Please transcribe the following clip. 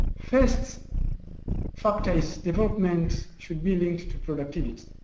first factor is development should be linked to productivity.